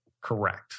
Correct